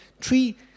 three